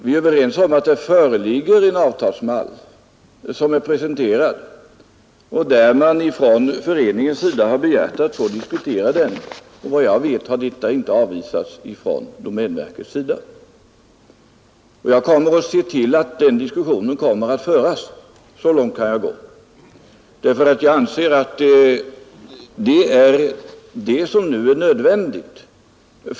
Vi är överens om att här föreligger en avtalsmall som är presenterad av domänverket och att man från föreningens sida har begärt att få diskutera den, och såvitt jag vet har detta inte avvisats. Jag kommer att medverka till att den diskussionen föres. Så långt kan jag gå. Jag anser nämligen att det är det som nu är nödvändigt.